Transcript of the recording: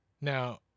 Now